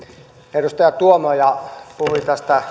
edustaja tuomioja puhui